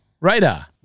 Radar